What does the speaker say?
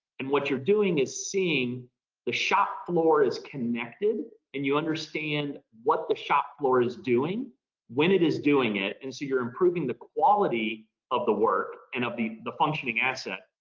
and what you're doing is seeing the shop floor is connected, and you understand what the shop floor is doing when it is doing it. and so you're improving the quality of the work and of the the functioning asset,